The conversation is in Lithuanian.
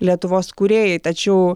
lietuvos kūrėjai tačiau